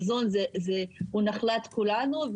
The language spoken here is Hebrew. מזון הוא נחלת כולנו,